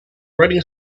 writing